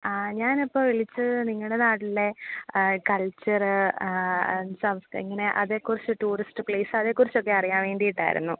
ആ ഞാൻ അപ്പോൾ വിളിച്ചത് നിങ്ങളുടെ നാട്ടിലെ കൾച്ചർ സംത് ഇങ്ങനെ അതേക്കുറിച്ച് ടൂറിസ്റ്റ് പ്ലേസ് അതേക്കുറിച്ചൊക്കെ അറിയാൻ വേണ്ടിയിട്ടായിരുന്നു